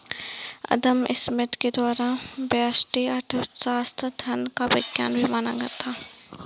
अदम Smith के द्वारा व्यष्टि अर्थशास्त्र धन का विज्ञान भी माना था